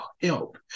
help